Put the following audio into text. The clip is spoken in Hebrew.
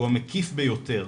והוא המקיף ביותר